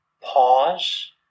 pause